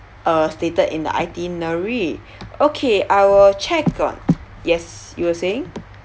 uh stated in the itinerary okay I will check on yes you were saying